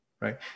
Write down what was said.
right